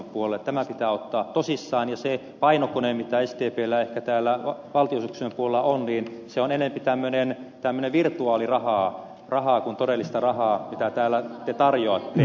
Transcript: tämä pitää ottaa tosissaan ja se painokone mikä sdpllä ehkä täällä valtionosuuksien puolella on se on enemmän virtuaalirahaa kuin todellista rahaa mitä täällä te tarjoatte